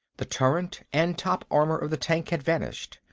the turret and top armor of the tank had vanished.